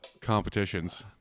competitions